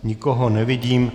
Nikoho nevidím.